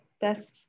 Best